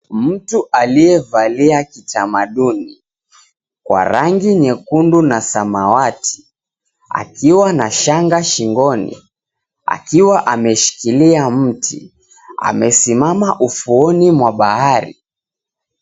Mtu aliyevalia kitamaduni kwa rangi nyekundu na samawati akiwa na shanga shingoni akiwa ameshikilia mti, amesimama ufuoni mwa bahari .